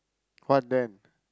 what then